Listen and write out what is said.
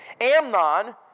Amnon